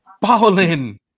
Balling